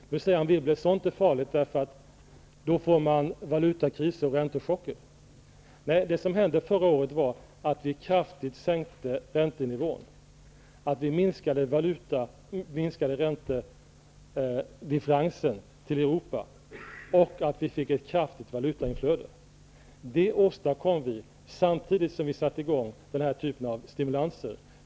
Nu säger Anne Wibble att sådant är farligt därför att då får man valutakriser och räntechocker. Men det som hände förra året var att vi sänkte räntenivån kraftigt, vi minskade räntedifferensen till Europa och vi fick ett kraftigt valutainflöde. Det åstadkom vi samtidigt som vi satte i gång den här typen av stimulanser.